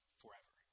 forever